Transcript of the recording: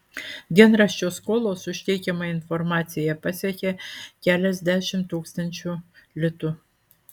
dienraščio skolos už teikiamą informaciją pasiekė keliasdešimt tūkstančių litų